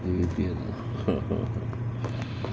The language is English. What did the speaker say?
有一点呵呵呵